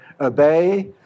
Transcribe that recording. obey